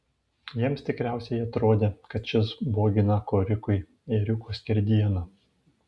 jiems tikriausiai atrodė kad šis bogina korikui ėriuko skerdieną